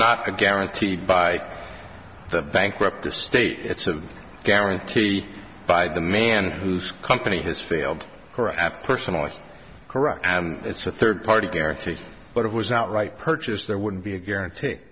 not a guaranteed by the bankrupt estate it's a guarantee by the man whose company has failed her i have personally correct and it's a third party guarantee but it was outright purchase there wouldn't be a guarantee